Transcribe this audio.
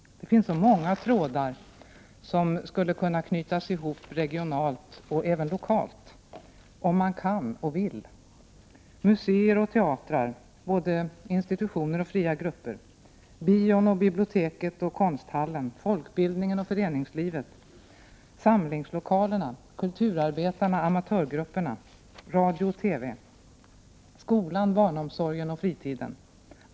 Det finns så många trådar som skulle kunna knytas ihop regionalt och även lokalt, om man kan och vill: museer och teatrar — både institutioner och fria grupper — bion och biblioteket och konsthallen, folkbildningen och föreningslivet, samlingslokalerna, kulturarbetarna, amatörgrupperna, radio och TV, skolan, barnomsorgen och fritidsgården.